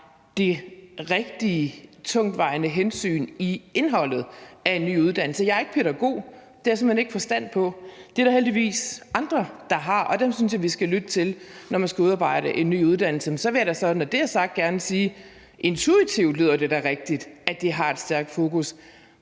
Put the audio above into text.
er det rigtige, tungtvejende hensyn i indholdet af en ny uddannelse. Jeg er ikke pædagog. Det har jeg simpelt hen ikke forstand på. Det er der heldigvis andre der har, og dem synes jeg vi skal lytte til, når man skal udarbejde en ny uddannelse. Men så vil jeg da, når det er sagt, gerne sige: Intuitivt lyder det da rigtigt, at det har et stærkt fokus.